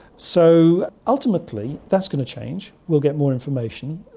so ultimately that's going to change, we'll get more information.